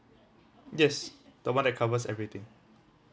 yes the one that covers everything